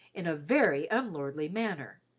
in a very unlordly manner,